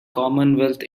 commonwealth